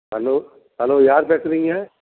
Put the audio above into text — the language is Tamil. ஹலோ ஹலோ யார் பேசுறீங்க